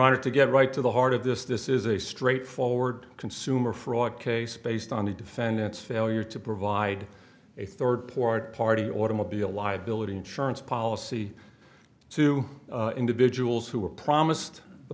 honor to get right to the heart of this this is a straightforward consumer fraud case based on the defendant's failure to provide a third fourth party automobile liability insurance policy to individuals who were promised the